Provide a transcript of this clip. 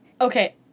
Okay